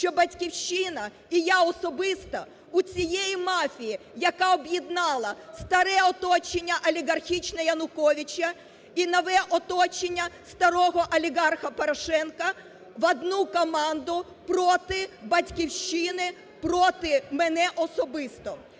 що "Батьківщина", і я особисто у цієї мафії, яка об'єднала старе оточення олігархічне Януковича і нове оточення старого олігарха Порошенка, в одну команду проти "Батьківщини", проти мене особисто.